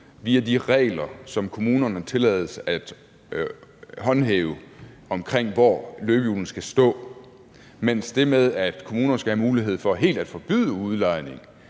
via de regler, som kommunerne tillades at håndhæve, om, hvor løbehjulene skal stå, mens det med, at kommunerne skal have mulighed for helt at forbyde udlejning